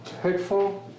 hurtful